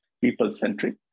people-centric